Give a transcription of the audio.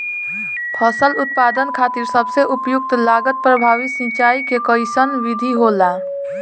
फसल उत्पादन खातिर सबसे उपयुक्त लागत प्रभावी सिंचाई के कइसन विधि होला?